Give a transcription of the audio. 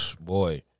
boy